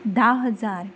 धा हजार